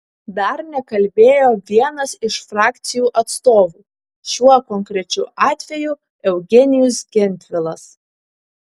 dar nekalbėjo vienas iš frakcijų atstovų šiuo konkrečiu atveju eugenijus gentvilas